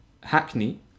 Hackney